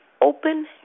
Open